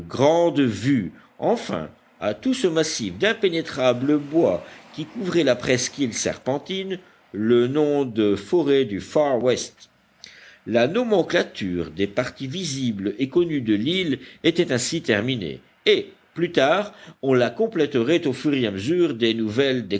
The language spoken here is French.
enfin à tout ce massif d'impénétrables bois qui couvraient la presqu'île serpentine le nom de forêts du far west la nomenclature des parties visibles et connues de l'île était ainsi terminée et plus tard on la compléterait au fur et à mesure des nouvelles